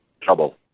trouble